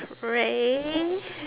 ray